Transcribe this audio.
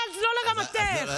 אז לא לרמתך.